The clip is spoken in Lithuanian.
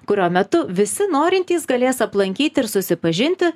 kurio metu visi norintys galės aplankyti ir susipažinti